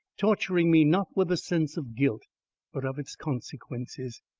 torturing me not with a sense of guilt but of its consequences.